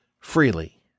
freely